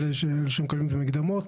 אלה שמקבלים את המקדמות,